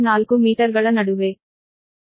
4 ಮೀಟರ್ಗಳ ನಡುವೆ